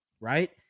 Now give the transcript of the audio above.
right